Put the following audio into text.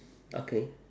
okay